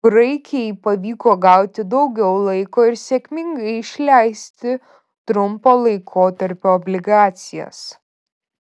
graikijai pavyko gauti daugiau laiko ir sėkmingai išleisti trumpo laikotarpio obligacijas